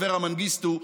אברה מנגיסטו,